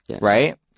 Right